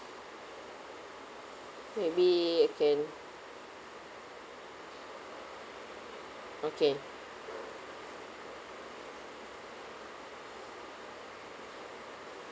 may be uh can okay